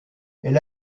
elle